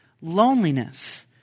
loneliness